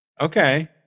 Okay